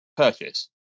Purchase